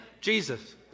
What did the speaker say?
Jesus